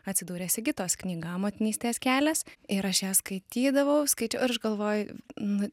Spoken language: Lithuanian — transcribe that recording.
atsidūrė sigitos knyga motinystės kelias ir aš ją skaitydavau skaičiau ir aš galvoju nu